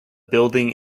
building